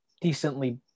decently